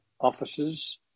offices